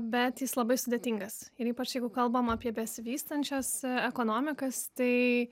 bet jis labai sudėtingas ir ypač jeigu kalbam apie besivystančias ekonomikas tai